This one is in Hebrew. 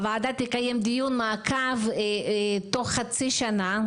הוועדה תקיים דיון מעקב תוך חצי שנה,